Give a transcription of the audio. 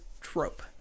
trope